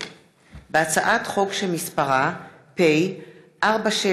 הצעת חוק לקידום המִחזור בישראל (תיקוני